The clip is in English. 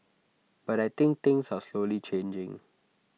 but I think things are slowly changing